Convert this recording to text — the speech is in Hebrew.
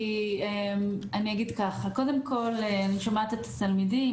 אני אגיד כך קודם כל אני שומעת את התלמידים,